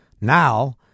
Now